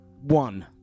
one